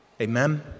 Amen